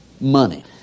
money